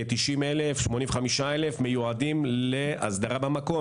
כ-85,000 מיועדים להסדרה במקום.